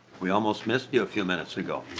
we almost missed you a few minutes ago.